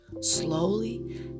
Slowly